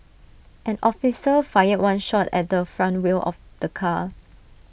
an officer fired one shot at the front wheel of the car